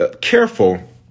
careful